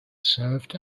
served